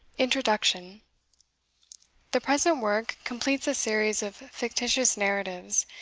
introduction the present work completes a series of fictitious narratives,